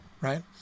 right